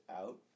out